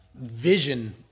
vision